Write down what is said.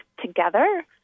together